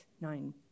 Nine